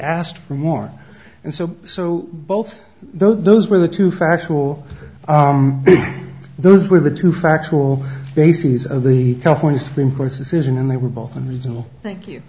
asked for more and so so both though those were the two factual those were the two factual basis of the california supreme court's decision and they were both unreasonable thank you